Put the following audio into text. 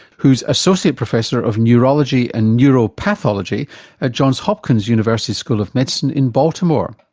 who's associated professor of neurology and neuropathology at johns hopkins university school of medicine in baltimore.